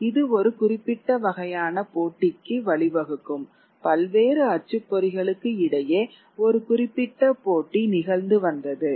இது ஒரு குறிப்பிட்ட வகையான போட்டிக்கு வழிவகுக்கும் பல்வேறு அச்சுப்பொறிகளுக்கு இடையே ஒரு குறிப்பிட்ட போட்டி நிகழ்ந்து வந்தது